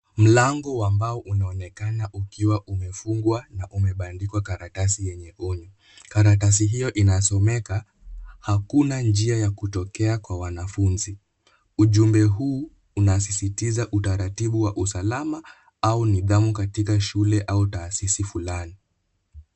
Mlango wa mbao unaonekana ukiwa umefungwa na umebandikwa karatasi yenye onyo. Karatasi hiyo inasomeka hakuna njia ya kutokea kwa wanafunzi. Ujumbe huu unasisitiza utaratibu wa usalama au nidhamu katika shule au taasisi fulani.